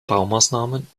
baumaßnahmen